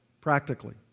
practically